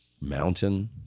mountain